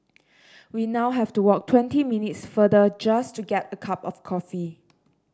we now have to walk twenty minutes farther just to get a cup of coffee